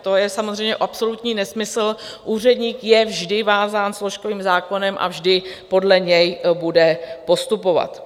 To je samozřejmě absolutní nesmysl, úředník je vždy vázán složkovým zákonem a vždy podle něj bude postupovat.